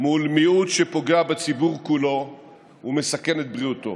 מול מיעוט שפוגע בציבור כולו ומסכן את בריאותו,